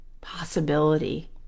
possibility